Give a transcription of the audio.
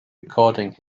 recording